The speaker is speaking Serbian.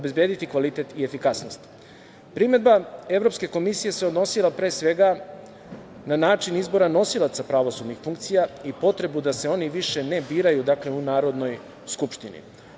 Primedba Evropske komisije se odnosila pre svega na način izbora nosilaca pravosudnih funkcija i potrebu da se oni više ne biraju u Narodnoj skupštini.